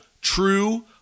true